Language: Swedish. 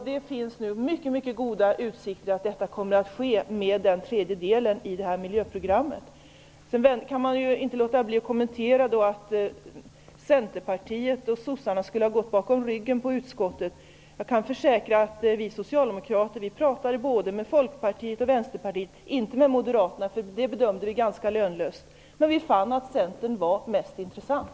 Det finns nu mycket goda utsikter för att detta kommer att ske med den tredje delen i detta miljöprogram. Jag kan inte låta bli att kommentera det som sades om att Centerpartiet och sossarna skulle ha gått bakom ryggen på utskottet. Jag kan försäkra att vi socialdemokrater talade med både Folkpartiet och Vänsterpartiet, men inte med Moderaterna, eftersom vi bedömde det som ganska lönlöst. Men vi fann att Centern var mest intressant.